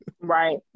right